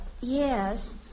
Yes